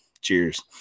cheers